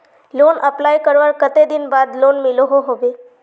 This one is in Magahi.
लोन अप्लाई करवार कते दिन बाद लोन मिलोहो होबे?